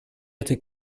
этой